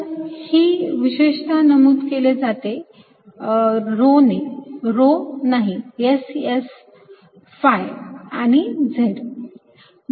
तर ही विशेषतः नमूद केले जाते rho ने rho नाही S S phi आणि Z